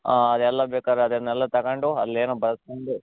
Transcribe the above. ಹಾಂ ಅದೆಲ್ಲಾ ಬೇಕಾದ್ರೆ ಅದನ್ನೆಲ್ಲಾ ತಗೊಂಡು ಅಲ್ಲೇನೋ ಬರ್ಕೊಂಡು